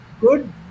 good